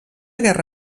guerra